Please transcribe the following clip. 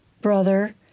brother